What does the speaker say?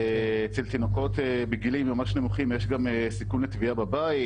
אצל תינוקות בגילאים ממש נמוכים יש גם סיכון לטביעה בבית,